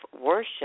Worship